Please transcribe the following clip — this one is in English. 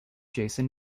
jason